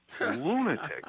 lunatic